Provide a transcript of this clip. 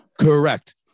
Correct